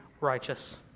righteous